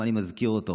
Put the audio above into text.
למה אני מזכיר אותו?